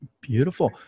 Beautiful